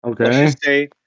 Okay